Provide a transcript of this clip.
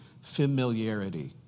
familiarity